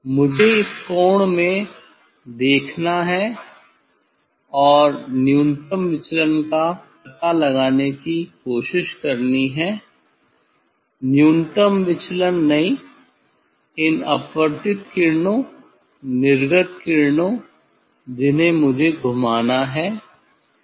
मुझे इस कोण में देखना है और न्यूनतम विचलन का पता लगाने की कोशिश करनी है न्यूनतम विचलन नहीं इन अपवर्तित किरणों निर्गत किरणों जिन्हें मुझे घुमाना है